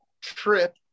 trip